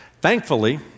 Thankfully